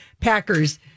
Packer's